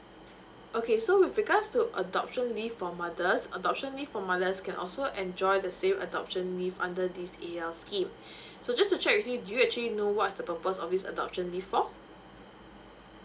okay so with regards to adoption leave for mothers adoption need for mothers can also enjoy the same adoption leave under this A_L scheme so just to check with you you actually know what's the purpose of this adoption leave for